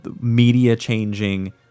media-changing